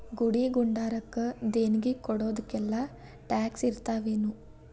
ಗುಡಿ ಗುಂಡಾರಕ್ಕ ದೇಣ್ಗಿ ಕೊಡೊದಕ್ಕೆಲ್ಲಾ ಟ್ಯಾಕ್ಸ್ ಇರ್ತಾವೆನು?